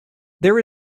there